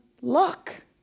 luck